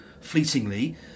fleetingly